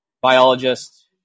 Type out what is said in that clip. biologist